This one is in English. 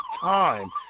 time